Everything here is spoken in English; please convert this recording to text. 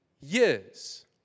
years